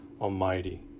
Almighty